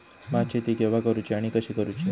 भात शेती केवा करूची आणि कशी करुची?